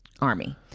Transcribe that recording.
army